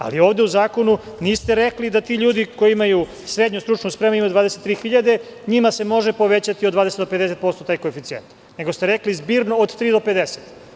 Ali, ovde u zakonu niste rekli da ti ljudi koji imaju srednju stručnu spremu imaju 23 hiljade, njima se može povećati od 20 do 50% taj koeficijent, nego ste rekli - zbirno od 3% do 50%